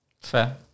Fair